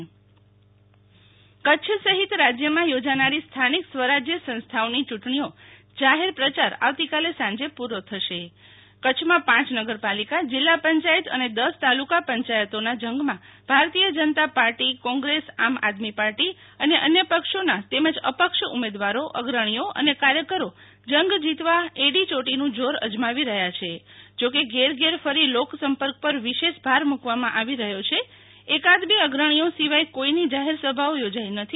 શીતલ વૈશ્નવ યું ટણી કચ્છ સહિત રાજયમાં યોજાનારી સ્થાનિક સ્વરાજય સંસ્થાઓની યું ટણીનો જાહેર પ્રયાર આવતીકાલે સાંજે પુ રો થશે કચ્છમાં પાંચ નગર પાલિકા જિલ્લા પંચાયત અને દસ તાલુ કા પંચાયતોના જં ગમાં Bharatiya Janata party Congress Aam Aadmi party અને અન્ય પક્ષોના તેમજ અપક્ષ ઉમેદવારો અગ્રણીઓ અને કાર્યકરો જં ગ જીતવા એડીયોટીનું જોર અજમાવી રહ્યા છે જો કે ઘેર ઘેર ફરી લોક સંપર્ક પર વિશેષ ભાર મુકવામાં આવી રહ્યો છે એકાદ બે અગ્રણીઓ સિવાય કોઈની જાહેર સભાઓ યોજાઈ નથી